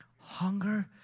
Hunger